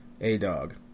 A-Dog